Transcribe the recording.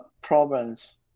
problems